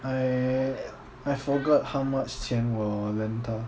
I I forgot how much 钱我 lend 他